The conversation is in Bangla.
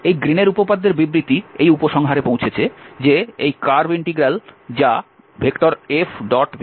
এই গ্রীনের উপপাদ্যের বিবৃতি এই উপসংহারে পৌঁছেছে যে এই কার্ভ ইন্টিগ্রাল যা F⋅dr হিসাবেও লেখা যেতে পারে